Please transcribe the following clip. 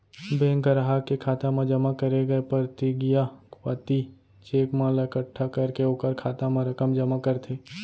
bank गराहक के खाता म जमा करे गय परतिगिया पाती, चेक मन ला एकट्ठा करके ओकर खाता म रकम जमा करथे